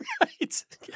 right